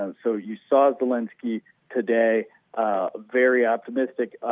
um so, you saw zelensky today very optimistic,